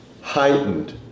heightened